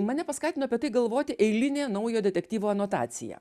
mane paskatino apie tai galvoti eilinė naujo detektyvo anotacija